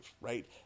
right